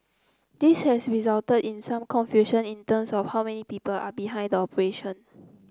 this has resulted in some confusion in terms of how many people are behind the operation